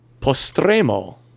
postremo